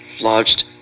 lodged